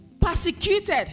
persecuted